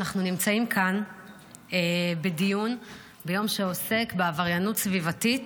אנחנו נמצאים כאן בדיון ביום שעוסק בעבריינות סביבתית.